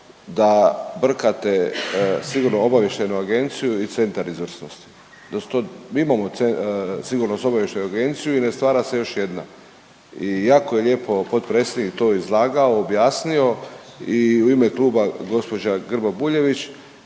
da brkate Sigurno-obavještajnu agenciju i Centar izvrsnosti, da su to, mi imamo Sigurnosno-obavještajnu agenciju i ne stvara se još jedna. I jako je lijepo potpredsjednik to izlagao, objasnio i u ime kluba gospođa Grba-Bujević